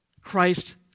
Christ